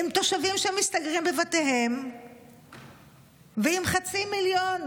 עם תושבים שמסתגרים בבתיהם ועם חצי מיליון